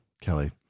Kelly